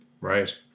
Right